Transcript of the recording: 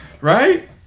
Right